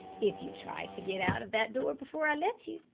if you try to get out of that door before i let you,